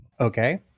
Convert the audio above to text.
Okay